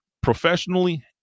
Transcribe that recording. professionally